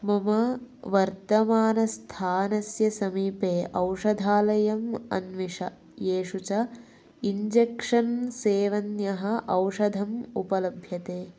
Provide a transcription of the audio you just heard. मम वर्तमानस्थानस्य समीपे औषधालयम् अन्विष येषु च इञ्जेक्षन् सेवन्यः औषधम् उपलभ्यते